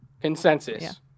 Consensus